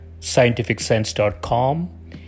scientificsense.com